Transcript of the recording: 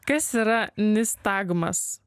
kas yra nistagmas